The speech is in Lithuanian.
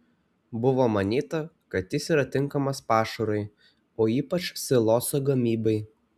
buvo manyta kad jis yra tinkamas pašarui o ypač siloso gamybai